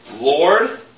Lord